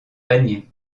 paniers